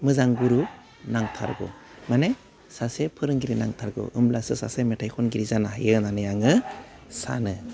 मोजां गुरु नांथारगौ माने सासे फोरोंगिरि नांथारगौ होब्लासो सासे मेथाइ खनगिरि जानो हायो होननानै आङो सानो